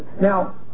Now